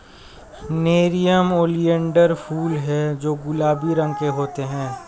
nerium oleander फूल हैं जो गुलाबी रंग के होते हैं